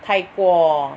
太过